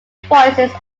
voices